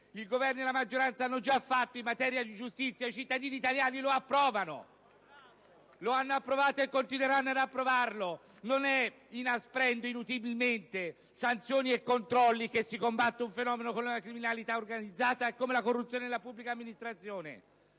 il Governo e la maggioranza hanno già fatto in materia di giustizia i cittadini italiani lo approvano, lo hanno approvato e continueranno ad approvarlo. *(Applausi dal Gruppo PdL)*. Non è inasprendo inutilmente sanzioni e controlli che si combattono fenomeni come la criminalità organizzata e come la corruzione nella pubblica amministrazione: